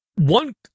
One